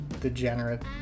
degenerate